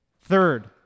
Third